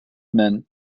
men